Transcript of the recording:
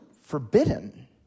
forbidden